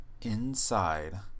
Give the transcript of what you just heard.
inside